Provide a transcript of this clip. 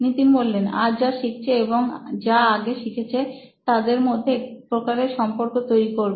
নিতিন যা আজ শিখছে এবং যা আগে শিখেছে তাদের মধ্যে এক প্রকারের সম্পর্ক তৈরি করবে